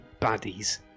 baddies